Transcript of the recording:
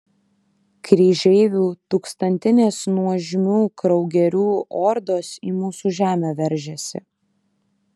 kryžeivių tūkstantinės nuožmių kraugerių ordos į mūsų žemę veržiasi